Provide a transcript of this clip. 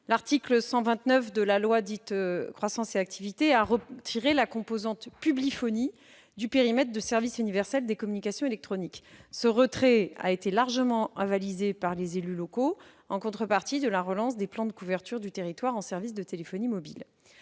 l'activité et l'égalité des chances économiques a retiré la composante « publiphonie » du périmètre du service universel des communications électroniques. Ce retrait a été largement avalisé par les élus locaux, en contrepartie de la relance des plans de couverture du territoire en services de téléphonie mobile.